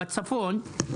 בצפון,